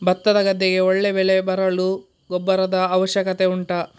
ಭತ್ತದ ಗದ್ದೆಗೆ ಒಳ್ಳೆ ಬೆಳೆ ಬರಲು ಗೊಬ್ಬರದ ಅವಶ್ಯಕತೆ ಉಂಟಾ